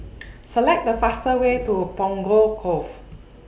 Select The fastest Way to Punggol Cove